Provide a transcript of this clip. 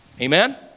Amen